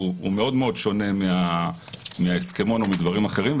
שהוא מאוד שונה מההסכמון או מדברים אחרים.